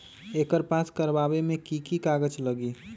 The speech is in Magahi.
एकर पास करवावे मे की की कागज लगी?